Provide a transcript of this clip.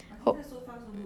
hope